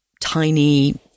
tiny